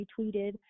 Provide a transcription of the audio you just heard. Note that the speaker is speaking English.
retweeted